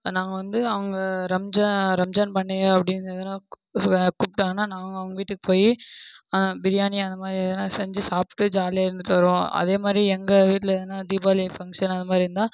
நாங்கள் வந்து அவங்க ரம்ஜா ரம்ஜான் பண்டிகை அப்படினு எதன்னா கூப்பிடாங்கனா நாங்கள் அவங்க வீட்டுக்கு போய் பிரியாணி அந்தமாதிரி எதன்னா செஞ்சு சாப்பிடுட்டு ஜாலியாக இருந்துவிட்டு வருவோம் அதேமாதிரி எங்கள் வீட்டில் எதன்னா தீபாவளி ஃபங்ஷன் அந்தமாதிரி இருந்தா